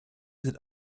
seht